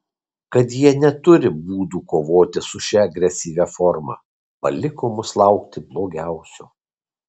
kad jie neturi būdų kovoti su šia agresyvia forma paliko mus laukti blogiausio